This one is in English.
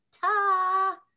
ta